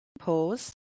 pause